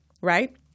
right